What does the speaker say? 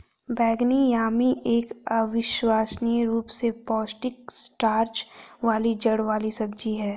बैंगनी यामी एक अविश्वसनीय रूप से पौष्टिक स्टार्च वाली जड़ वाली सब्जी है